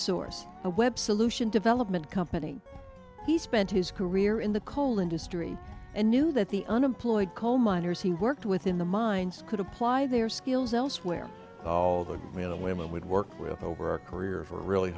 source a web solution development company he spent his career in the coal industry and knew that the unemployed coal miners he worked with in the mines could apply their skills elsewhere oh all the men and women would work with over a career for really